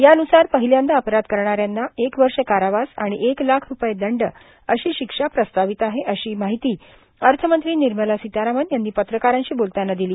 यानुसार पहिल्यांदा अपराष करणाऱ्यांना एक वर्ष कारावास आणि एक लाख रूपये दंड अश्री शिक्षा प्रस्तावित आहे अशी माहिती अर्थमंत्री निर्मला सितारामन् यांनी पत्रकारांशी बोलताना दिली